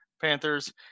Panthers